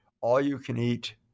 all-you-can-eat